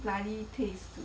you just think like